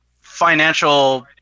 financial